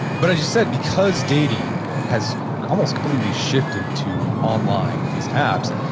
but i just said, because dating has almost completely shifted to online with these apps,